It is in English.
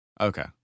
Okay